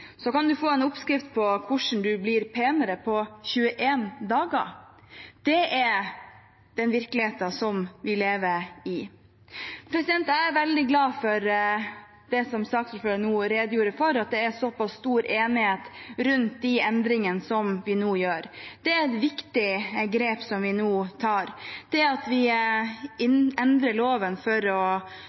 få en oppskrift på hvordan man blir penere på 21 dager. Det er den virkeligheten vi lever i. Jeg er veldig glad for det saksordføreren nå redegjorde for, og at det er såpass stor enighet rundt de endringene vi nå gjør. Det er et viktig grep vi nå tar. Det at vi endrer loven for å